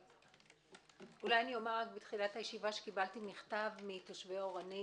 אולי אומר בתחילת הישיבה שקיבלתי מכתב מתושבי אורנית.